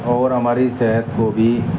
اور ہماری صحت کو بھی